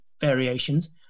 variations